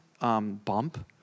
Bump